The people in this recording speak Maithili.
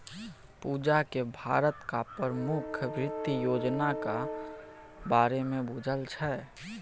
पूजाकेँ भारतक प्रमुख वित्त योजनाक बारेमे बुझल छै